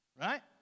Right